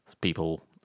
people